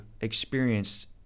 experienced